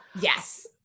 Yes